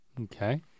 Okay